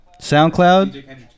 SoundCloud